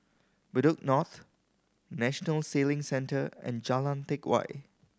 Bedok North National Sailing Centre and Jalan Teck Whye